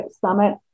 Summit